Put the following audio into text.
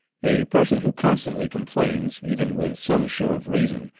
a person who constantly complains, even with some show of reason,